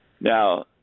Now